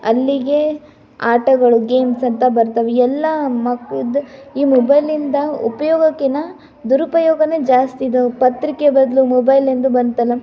ಅಲ್ಲಿಗೆ ಆಟಗಳು ಗೇಮ್ಸ್ ಅಂತ ಬರ್ತವೆ ಎಲ್ಲ ಮಕ್ಕಳದ್ದು ಈ ಮೊಬೈಲಿಂದ ಉಪ್ಯೋಗಕ್ಕಿಂತ ದುರುಪಯೋಗನೆ ಜಾಸ್ತಿ ಇದವೆ ಪತ್ರಿಕೆ ಬದಲು ಮೊಬೈಲ್ ಎಂದು ಬಂತಲ್ಲ